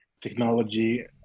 technology